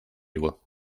его